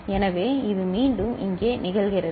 எனவே இது மீண்டும் இங்கே நிகழ்கிறது